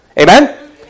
Amen